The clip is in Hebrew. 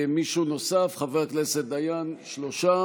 חבר הכנסת דיין וחבר הכנסת שטרן.